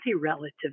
relative